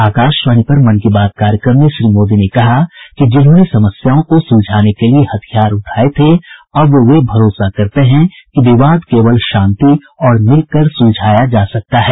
आकाशवाणी पर मन की बात कार्यक्रम में श्री मोदी ने कहा कि जिन्होंने समस्याओं को सुलझाने के लिए हथियार उठाए थे अब वे भरोसा करते हैं कि विवाद को केवल शांति और मिलकर सुलझाया जा सकता है